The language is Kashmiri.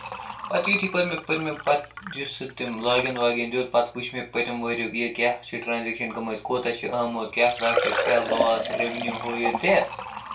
پَتہٕ یِتھُے کوٚر مےٚ پٔتمہِ پَتہٕ یُس سُہ تٔمۍ لاگِن واگِن دیُت پَتہٕ وُچھ مےٚ پٔتِم ؤریُک یہِ کیٛاہ چھُ ٹرٛانزیکشن گٲمٕژ کوتاہ چھُ آمُت کیٛاہ پرٛافِٹ کیٛاہ لاس رِیونیٛوٗ ہُہ یہِ تہِ